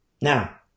Now